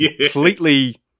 completely